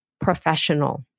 professional